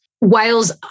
whales